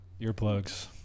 earplugs